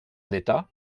d’état